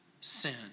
sin